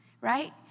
right